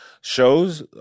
Shows